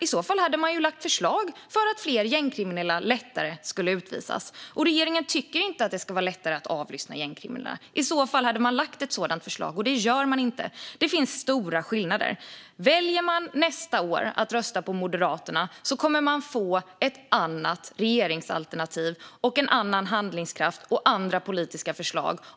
I så fall hade man lagt fram förslag så att fler gängkriminella lättare kan utvisas. Regeringen tycker inte att det ska vara lättare att avlyssna gängkriminella. I så fall hade man lagt fram ett sådant förslag, och det gör man inte. Det finns stora skillnader. Väljer man nästa år att rösta på Moderaterna kommer man att få ett annat regeringsalternativ, en annan handlingskraft och andra politiska förslag.